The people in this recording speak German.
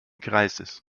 kreises